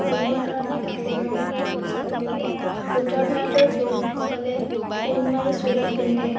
যেনেধৰণে কাপোৰৰ ক্ষেত্ৰত চাব গ'লে উত্তৰ ভাৰতৰ পুৰুষসকলে পোন মাৰি চুৰিয়া পিন্ধে